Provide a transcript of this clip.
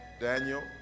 Daniel